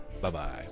Bye-bye